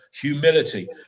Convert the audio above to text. humility